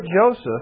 Joseph